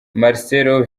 marcelo